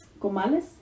comales